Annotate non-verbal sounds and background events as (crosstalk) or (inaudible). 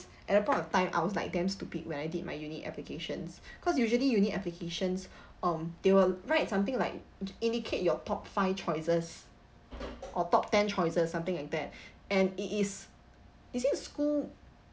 at that point of time I was like damn stupid when I did my uni applications (breath) cause usually uni applications (breath) um they will write something like indicate your top five choices or top ten choices something like that (breath) and it is is it school